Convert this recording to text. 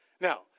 Now